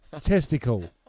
testicle